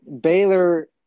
Baylor